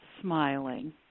smiling